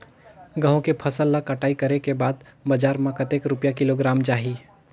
गंहू के फसल ला कटाई करे के बाद बजार मा कतेक रुपिया किलोग्राम जाही?